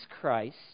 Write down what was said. Christ